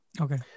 Okay